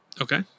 Okay